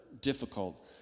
difficult